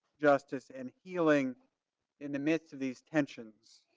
justice and healing in the midst of these tensions,